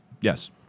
Yes